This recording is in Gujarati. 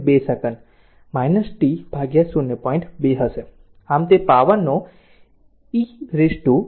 2 હશે આમ તે પાવરનો e છે 5 t t 0